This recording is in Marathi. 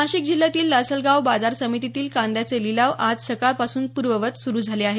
नाशिक जिल्ह्यातील लासलगाव बाजार समितीतील कांद्याचे लिलाव आज सकाळपासून पूर्वेवत सुरू झाले आहेत